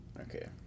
okay